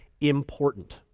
important